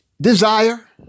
desire